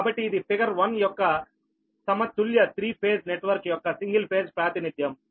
కాబట్టి ఇది ఫిగర్ 1 యొక్క సమతుల్య త్రీ ఫేజ్ నెట్వర్క్ యొక్క సింగిల్ ఫేజ్ ప్రాతినిధ్యం